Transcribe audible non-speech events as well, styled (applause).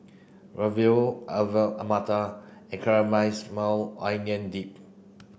(unintelligible) Alu Matar and (unintelligible) Onion Dip